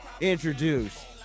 introduce